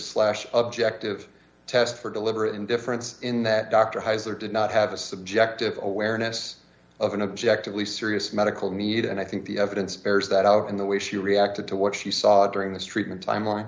slash objective test for deliberate indifference in that dr hiser did not have a subjective awareness of an objective least serious medical need and i think the evidence bears that out in the way she reacted to what she saw during this treatment timeline